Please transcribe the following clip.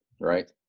right